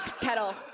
kettle